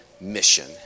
mission